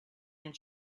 and